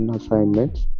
assignments